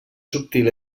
subtil